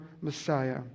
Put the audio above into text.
Messiah